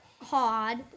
hard